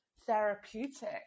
therapeutic